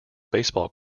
baseball